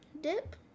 dip